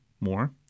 more